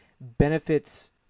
benefits